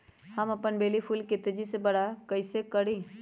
हम अपन बेली फुल के तेज़ी से बरा कईसे करी?